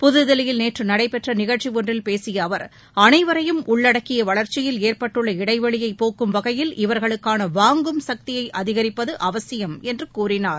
புதுதில்லியில் நேற்று நடைபெற்ற நிகழ்ச்சி ஒன்றில் பேசிய அவர் அனைவரையும் உள்ளடக்கிய வளர்ச்சியில் ஏற்பட்டுள்ள இடைவெளியை போக்கும் வகையில் இவர்களுக்கான வாங்கும் சக்தியை அதிகரிப்பது அவசியம் என்று கூறினார்